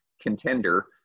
contender